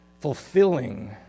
fulfilling